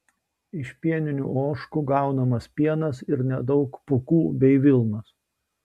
iš pieninių ožkų gaunamas pienas ir nedaug pūkų bei vilnos